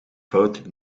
fout